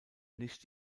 nicht